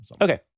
Okay